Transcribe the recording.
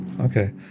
Okay